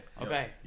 Okay